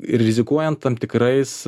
ir rizikuojant tam tikrais